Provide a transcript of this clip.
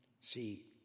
See